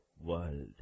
world